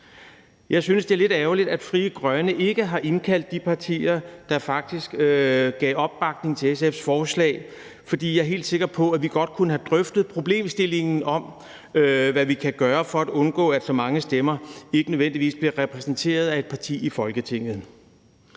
Jeg synes, det er lidt ærgerligt, at Frie Grønne ikke har indkaldt de partier, der faktisk gav opbakning til SF's forslag, for jeg er helt sikker på, at vi godt kunne have drøftet problemstillingen om, hvad vi kan gøre for at undgå, at så mange stemmer ikke nødvendigvis bliver repræsenteret af et parti i Folketinget.